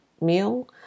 meal